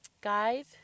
guys